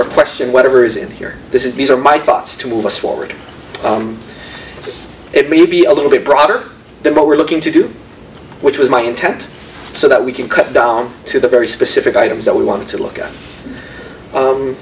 or question whatever's in here this is these are my thoughts to move us forward it may be a little bit broader than what we're looking to do which was my intent so that we can cut down to the very specific items that we want to look at